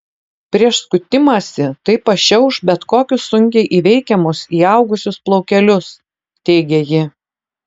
prieš skutimąsi tai pašiauš bet kokius sunkiai įveikiamus įaugusius plaukelius teigė ji